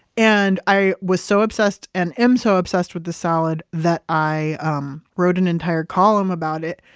and i was so obsessed and am so obsessed with this salad that i um wrote an entire column about it.